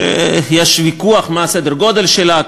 שיש ויכוח מה סדר הגודל שלה,